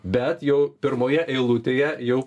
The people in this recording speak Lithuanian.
bet jau pirmoje eilutėje jau